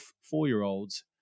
four-year-olds